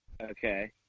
Okay